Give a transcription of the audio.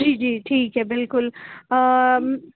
جی جی ٹھیک ہے بلیکل آ